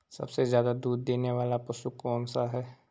सबसे ज़्यादा दूध देने वाला पशु कौन सा है?